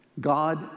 God